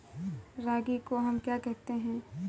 रागी को हम क्या कहते हैं?